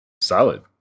Solid